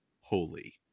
holy